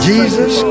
Jesus